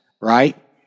right